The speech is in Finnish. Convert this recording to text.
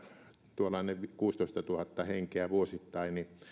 tuollainen kuusitoistatuhatta henkeä vuosittain